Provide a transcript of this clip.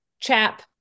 chap